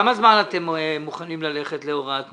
לכמה זמן אתם מוכנים ללכת להוראת מעבר?